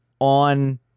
on